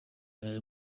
برای